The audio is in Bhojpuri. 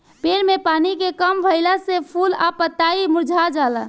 पेड़ में पानी के कम भईला से फूल आ पतई मुरझा जाला